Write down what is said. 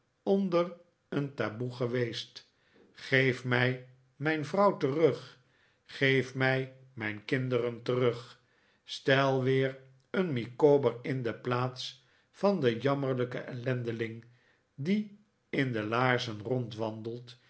onder een taboe geweest geef mij mijn vrouw terug geef mij mijn kinderen terug stel weer een micawber in de plaats van den jammerlijken ellendeling die in de laarzen rondwandelt